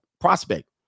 prospect